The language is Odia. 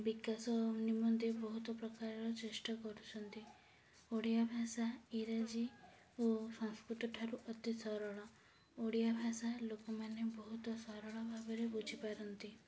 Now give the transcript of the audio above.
ବିକାଶ ନିମନ୍ତେ ବହୁତ ପ୍ରକାରର ଚେଷ୍ଟା କରୁଛନ୍ତି ଓଡ଼ିଆ ଭାଷା ଇଂରାଜୀ ଓ ସଂସ୍କୃତ ଠାରୁ ଅତି ସରଳ ଓଡ଼ିଆ ଭାଷା ଲୋକମାନେ ବହୁତ ସରଳ ଭାବରେ ବୁଝିପାରନ୍ତି